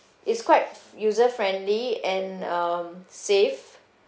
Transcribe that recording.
it's quite user-friendly and um safe